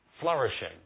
flourishing